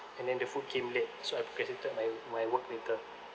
and then the food came late so I procrastinated my my work later